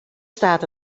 staat